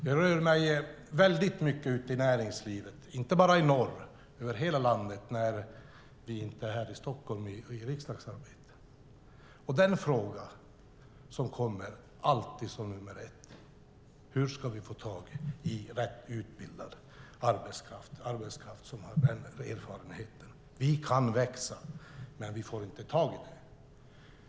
Jag rör mig mycket ute i näringslivet, inte bara i norr utan i hela landet när jag inte är här i Stockholm för riksdagsarbetet. Den fråga som alltid ställs först är hur de ska få tag i rätt utbildad arbetskraft med erfarenhet. Företagen kan växa, men de får inte tag i arbetskraften.